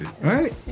right